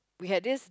we had this